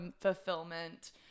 fulfillment